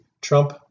Trump